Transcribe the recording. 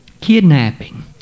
kidnapping